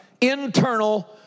internal